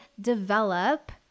develop